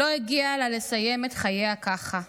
לא הגיע לה לסיים את חייה ככה,